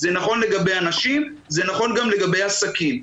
זה נכון לגבי אנשים, זה נכון גם לגבי עסקים.